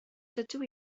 dydw